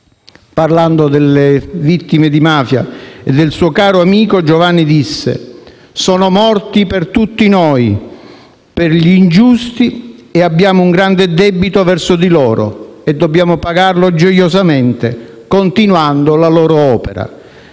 Parlando delle vittime di mafia e del suo caro amico, Paolo disse: «Sono morti per tutti noi, per gli ingiusti. Abbiamo un grande debito verso di loro e dobbiamo pagarlo gioiosamente, continuando la loro opera».